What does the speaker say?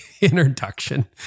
introduction